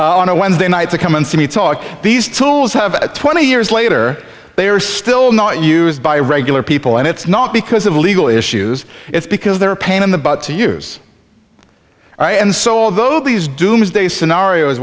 on a wednesday night to come and see me talk these tools have twenty years later they are still not used by regular people and it's not because of legal issues it's because they're a pain in the butt to use and so although these doomsday scenario